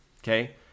okay